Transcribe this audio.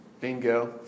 Bingo